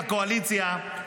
הקואליציה,